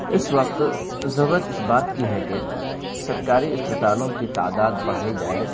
اس وقت ضرورت اس بات کی ہے کہ سرکاری اسپتالوں کی تعداد بڑھائی جائے